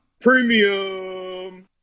Premium